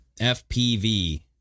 FPV